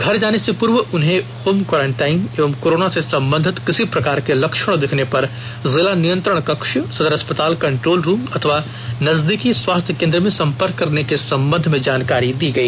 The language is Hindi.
घर जाने से पूर्व उन्हें होम क्वॉरेंटाइन और कोरोना से संबंधित किसी प्रकार के लक्षण दिखने पर जिला नियंत्रण कक्ष सदर अस्पताल कंट्रोल रूम अथवा नजदीकी स्वास्थ्य केंद्र में संपर्क करने के संबंध में जानकारी दी गई